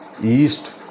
yeast